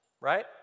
right